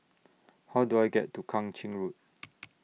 How Do I get to Kang Ching Road